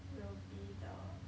will be the